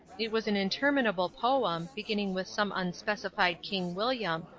it was an interminable poem, beginning with some unspecified king william,